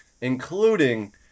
including